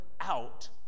out